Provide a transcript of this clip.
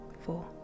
four